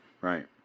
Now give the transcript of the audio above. right